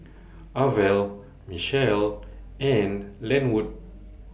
Arvel Mitchell and Lenwood